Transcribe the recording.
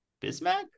Bismack